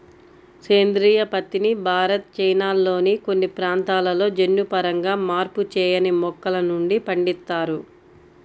సేంద్రీయ పత్తిని భారత్, చైనాల్లోని కొన్ని ప్రాంతాలలో జన్యుపరంగా మార్పు చేయని మొక్కల నుండి పండిస్తారు